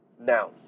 Now